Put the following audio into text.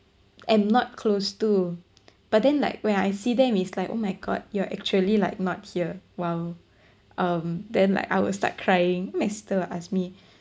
am not close to but then like when I see them is like oh my god you are actually like not here !wow! um then like I will start crying then my sister will like ask me